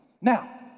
now